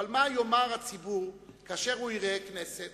אבל מה יאמר הציבור כאשר הוא יראה שהכנסת